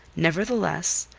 nevertheless,